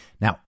Now